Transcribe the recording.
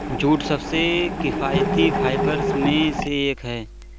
jute सबसे किफायती fibre में से एक है